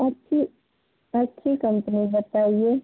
अच्छी अच्छी कम्पनी बताइए